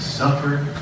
suffered